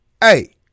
hey